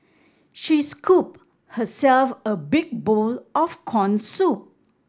she scooped herself a big bowl of corn soup